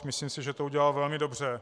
Myslím, že to udělal velmi dobře.